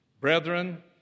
Brethren